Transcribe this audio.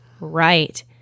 Right